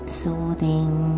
soothing